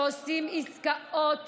עושים עסקאות